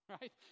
Right